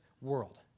world